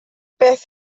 beth